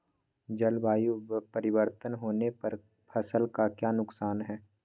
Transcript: जलवायु परिवर्तन होने पर फसल का क्या नुकसान है?